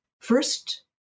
first